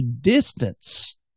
distance